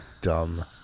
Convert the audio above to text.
dumb